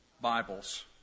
Bibles